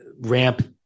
ramp